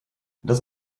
das